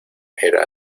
era